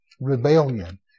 rebellion